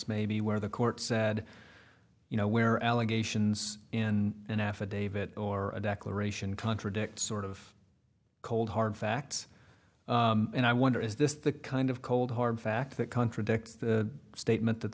maybe where the court said you know where allegations in an affidavit or a declaration contradict sort of cold hard facts and i wonder is this the kind of cold hard fact that contradicts the statement that the